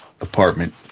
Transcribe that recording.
apartment